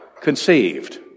conceived